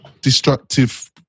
destructive